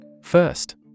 First